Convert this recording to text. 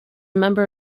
member